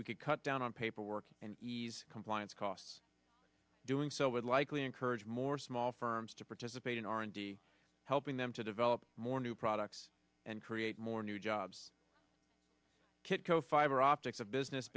we could cut down on paperwork and ease compliance costs doing so would likely encourage more small firms to participate in r and d helping them to develop more new products and create more new jobs kitco fiberoptics of business